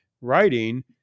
writing